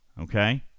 Okay